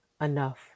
enough